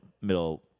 middle